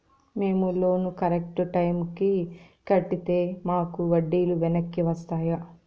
మేము loan correct టైముకి కట్టితే మాకు వడ్డీ లు వెనక్కి వస్తాయా?